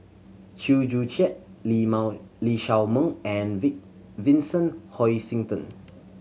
Chew Joo Chiat lee Lee Shao Meng and Vincent Hoisington